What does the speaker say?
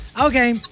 Okay